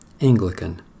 Anglican